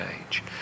age